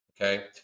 Okay